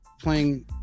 playing